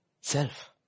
self